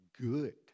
good